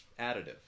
additive